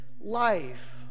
life